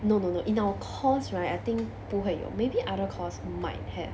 no no no in our course right I think 不会有 maybe other course might have